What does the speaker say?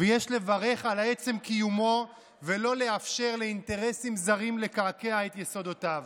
ויש לברך על עצם קיומו ולא לאפשר לאינטרסים זרים לקעקע את יסודותיו.